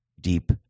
deep